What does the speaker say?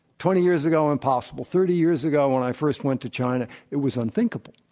twenty years ago, impossible. thirty years ago when i first went to china, it was unthinkable.